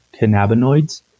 cannabinoids